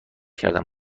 کردم